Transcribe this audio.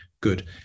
good